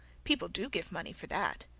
people do give money for that.